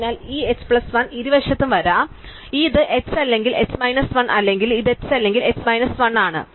അതിനാൽ ഈ h plus 1 ഇരുവശത്തും വരാം അതിനാൽ ഇത് h അല്ലെങ്കിൽ h മൈനസ് 1 അല്ലെങ്കിൽ ഇത് h അല്ലെങ്കിൽ h മൈനസ് 1 ആണ്